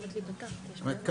כלומר,